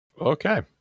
Okay